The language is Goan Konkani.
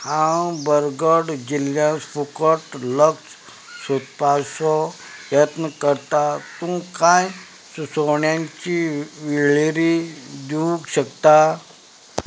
हांव बरगढ़ जिल्ल्यांत फुकट लस सोदपाचो यत्न करतां तूं कांय सुचोवण्यांची वळेरी दिवंक शकता